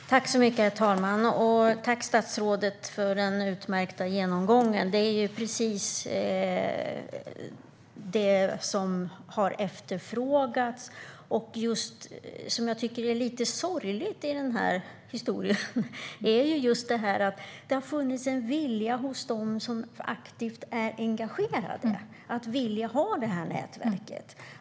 Herr talman! Ja, det är rätt uppfattat. Jag tackar statsrådet för den utmärkta genomgången. Det är precis detta som har efterfrågats. Det som jag tycker är lite sorgligt i denna historia är just att det har funnits en vilja hos dem som är aktivt engagerade att ha detta nätverk.